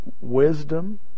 wisdom